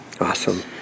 Awesome